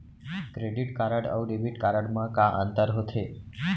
Credit card अऊ debit card मा का अंतर होथे?